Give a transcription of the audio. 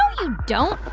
um you don't.